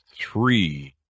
three